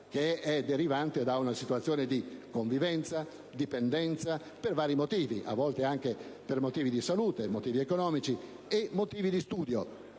che è derivante da una situazione di convivenza o dipendenza per vari motivi, a volte anche per motivi di salute ed economici e motivi di studio